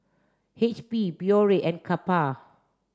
H P Biore and Kappa